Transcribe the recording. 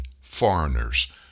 foreigners